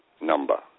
number